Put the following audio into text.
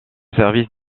service